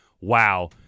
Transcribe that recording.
wow